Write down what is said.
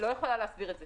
לא יכולה להסביר את זה.